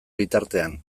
bitartean